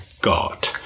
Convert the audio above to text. God